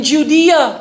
Judea